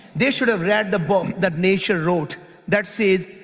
they should have read the book that nature wrote that says,